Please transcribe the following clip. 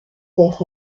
vers